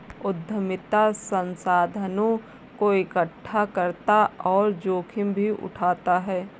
उद्यमिता संसाधनों को एकठ्ठा करता और जोखिम भी उठाता है